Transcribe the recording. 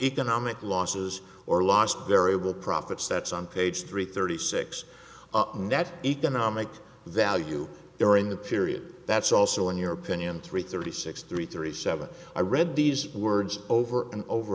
economic losses or last variable profits that's on page three thirty six and that economic value during the period that's also in your opinion three thirty six three three seven i read these words over and over